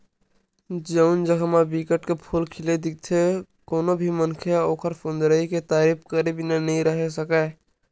जउन जघा म बिकट के फूल खिले दिखथे कोनो भी मनखे ह ओखर सुंदरई के तारीफ करे बिना नइ रहें सकय